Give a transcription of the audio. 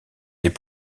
les